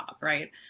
right